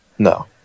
No